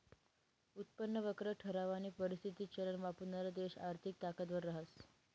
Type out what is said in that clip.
उत्पन्न वक्र ठरावानी परिस्थिती चलन वापरणारा देश आर्थिक ताकदवर रहास